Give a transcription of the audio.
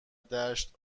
دشت